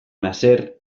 nasser